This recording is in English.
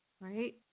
right